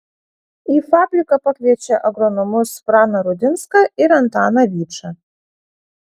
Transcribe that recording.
į fabriką pakviečia agronomus praną rudinską ir antaną vyčą